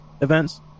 events